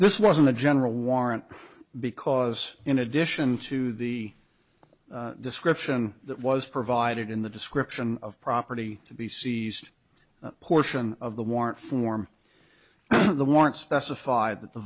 this wasn't a general warrant because in addition to the description that was provided in the description of property to be seized portion of the warrant form the warrant specified that the